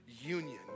union